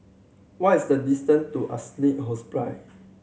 what is the distance to Assisi Hospice